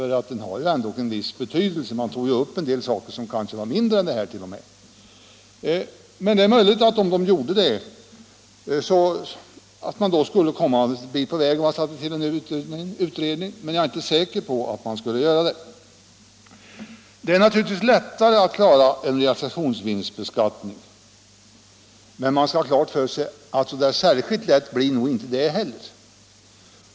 Men har ändå behandlat en del saker som kanske t.o.m. var mindre än denna. Det är möjligt att man skulle komma en bit på vägen om man tillsatte en utredning, men jag är inte säker på att man skulle göra det. Det är naturligtvis lättare att genomföra en realisationsvinstbeskattning, men man bör ha klart för sig att särskilt lätt blir nog inte det heller.